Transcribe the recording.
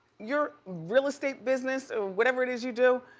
your real estate business, whatever it is you do,